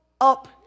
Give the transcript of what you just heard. up